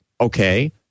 Okay